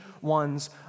one's